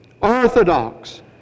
orthodox